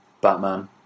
Batman